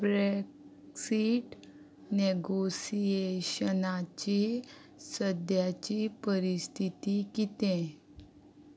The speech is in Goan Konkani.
ब्रॅक्सीट नॅगोसिएशनाची सद्याची परिस्थिती कितें